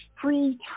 free